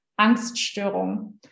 Angststörung